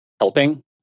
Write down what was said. helping